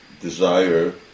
desire